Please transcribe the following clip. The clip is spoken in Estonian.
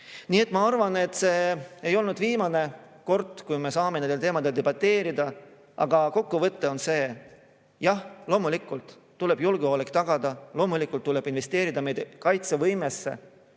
Ma arvan, et see ei olnud viimane kord, kui me saime nendel teemadel debateerida. Aga kokkuvõte on see: jah, loomulikult tuleb julgeolek tagada, loomulikult tuleb investeerida meie kaitsevõimesse,